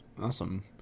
awesome